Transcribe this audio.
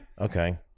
Okay